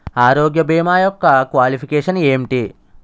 ఆరోగ్య భీమా యెక్క క్వాలిఫికేషన్ ఎంటి?